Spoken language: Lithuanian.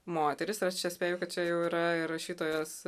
moteris ir aš čia spėju kad čia jau yra ir rašytojos